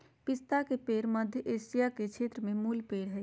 पिस्ता के पेड़ मध्य एशिया के क्षेत्र के मूल पेड़ हइ